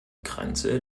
grenze